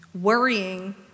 Worrying